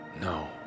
No